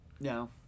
No